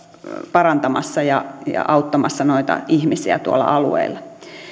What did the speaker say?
parantamassa ja auttamassa noita ihmisiä tuolla alueella